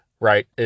Right